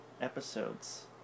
episodes